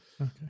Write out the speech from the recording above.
Okay